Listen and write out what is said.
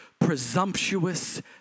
presumptuous